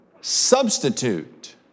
substitute